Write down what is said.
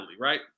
right